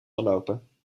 verlopen